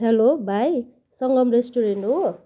hello भाइ Sangam restaurant हो